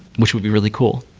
which would be really cool.